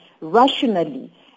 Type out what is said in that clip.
rationally